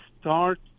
start